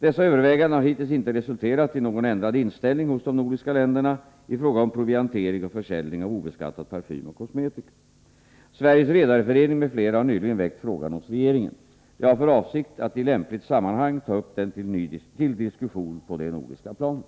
Dessa överväganden har hittills inte resulterat i påfartyg iinternor någon ändrad inställning hos de nordiska länderna i fråga om proviantering disk trafik och försäljning av obeskattad parfym och kosmetika. Sveriges redareförening m.fl. har nyligen väckt frågan hos regeringen. Jag har för avsikt att i lämpligt sammanhang ta upp den till diskussion på det nordiska planet.